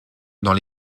dans